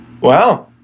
Wow